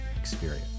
experience